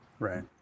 Right